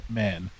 man